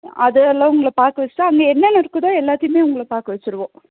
அது எல்லாம் உங்களை பாக்க வச்சிட்டா அங்கே என்னென்ன இருக்குதோ எல்லாத்தையுமே உங்களுக்கு பார்க்க வச்சிருவோம்